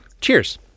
Cheers